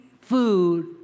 food